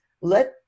let